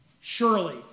Surely